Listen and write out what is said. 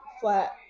flat